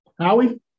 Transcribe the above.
Howie